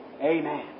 Amen